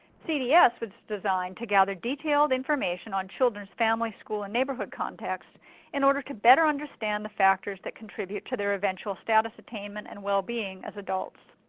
cds was designed to gather detailed information on childrens family, school, and neighborhood context in order to better understand the factors that contribute to their eventual status attainment and well-being as adults.